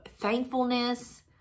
thankfulness